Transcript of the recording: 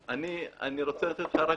אני רוצה לתת לך נתון,